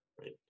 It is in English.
Right